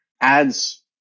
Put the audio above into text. ads